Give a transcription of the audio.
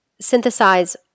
synthesize